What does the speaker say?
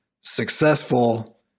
successful